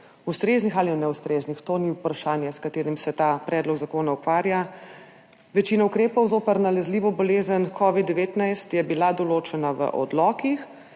ustreznih ali neustreznih, to ni vprašanje, s katerim se ta predlog zakona ukvarja, večina ukrepov zoper nalezljivo bolezen covid-19 določena v odlokih,